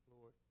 Lord